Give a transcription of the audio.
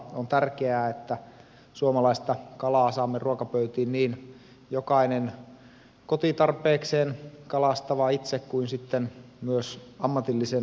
on tärkeää että suomalaista kalaa saamme ruokapöytiin niin jokainen kotitarpeekseen kalastava itse kuin myös ammatillisen kalastuksen kautta